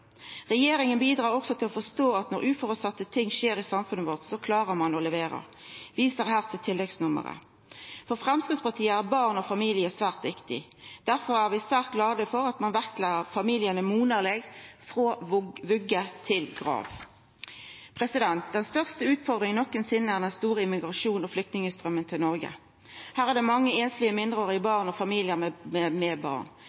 Regjeringa bidreg også til å forstå at når uføresette ting skjer i samfunnet vårt, klarer ein å levera. Eg viser her til tilleggsnummeret. For Framstegspartiet er barn og familie svært viktig. Derfor er vi svært glade for at ein vektlegg familiane monaleg, frå vogge til grav. Den største utfordringa nokosinne er den store immigrasjonen og flyktningstrømmen til Noreg. Her er det mange einslege mindreårige barn